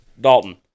Dalton